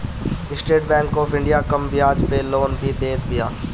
estate Bank of India कम बियाज पअ लोन भी देत बिया